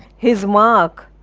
his mark,